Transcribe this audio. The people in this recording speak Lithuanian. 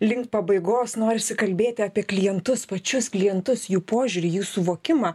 link pabaigos norisi kalbėti apie klientus pačius klientus jų požiūrį jų suvokimą